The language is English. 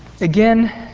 Again